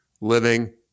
living